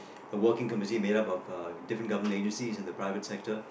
a working committee made up of uh different government agencies and the private sector